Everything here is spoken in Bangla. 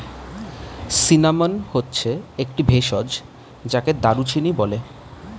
সিনামন হচ্ছে একটি ভেষজ যাকে দারুচিনি বলে